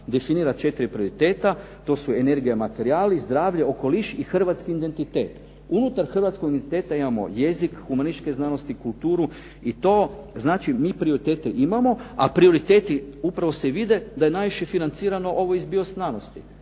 definira četiri prioriteta. To su energija materijali, zdravlje, okoliš i hrvatski identitet. Unutar hrvatskog identiteta imamo jezik, humanističke znanosti, kulturu i to, znači mi prioritete imamo, a prioriteti upravo se vide da je najviše financirano ovo iz bioznanosti,